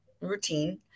routine